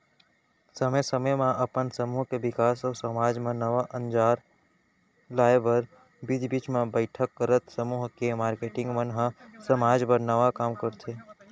समे समे म अपन समूह के बिकास अउ समाज म नवा अंजार लाए बर बीच बीच म बइठक करत समूह के मारकेटिंग मन ह समाज बर नवा काम करथे